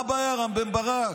מה הבעיה, רם בן ברק?